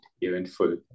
eventful